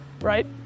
right